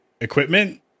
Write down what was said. equipment